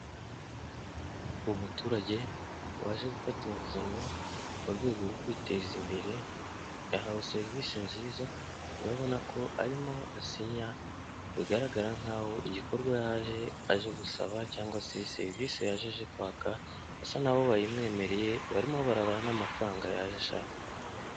Umuturage waje gufata inguzanyo mu rwego rwo kwiteza imbere yahawe serivisi nziza urabona ko arimo asinya bigaragara nk'aho igikorwa yaje aje gusaba cyangwa se serivisi yaje aje kwaka asa nkaho bayimwemereye barimo baranabara n'amafaranga yaje ashaka.